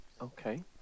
okay